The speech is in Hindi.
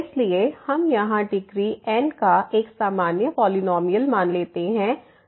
इसलिए हम यहां डिग्री n का एक सामान्य पॉलिनॉमियल मान लेते हैं